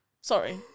Sorry